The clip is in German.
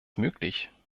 möglich